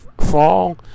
Fall